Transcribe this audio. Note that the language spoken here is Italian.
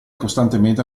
costantemente